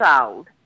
old